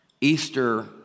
Easter